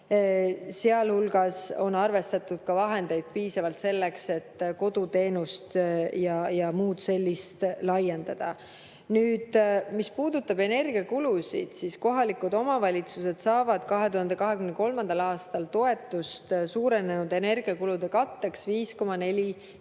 Sealhulgas on arvestatud ka piisavalt vahendeid selleks, et koduteenust ja muud sellist laiendada. Nüüd, mis puudutab energiakulusid, siis kohalikud omavalitsused saavad 2023. aastal toetust suurenenud energiakulude katteks 5,4